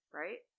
right